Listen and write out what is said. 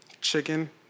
chicken